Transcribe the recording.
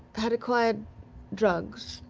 had acquired drugs?